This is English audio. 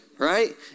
Right